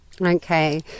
Okay